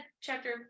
chapter